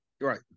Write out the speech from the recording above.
Right